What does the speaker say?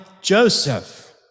Joseph